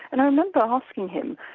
and i remember asking him,